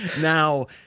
Now